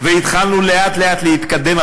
והתחלנו לאט-לאט להתקדם,